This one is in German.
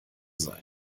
sein